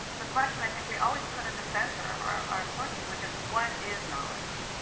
the question, i think, we always put at the center of our our courses which is, what is knowledge?